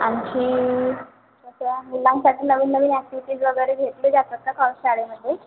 आणखी मग त्या मुलांसाठी नवीन नवीन ॲक्टिविटीज वगैरे घेतले जातात का कॉ शाळेमध्ये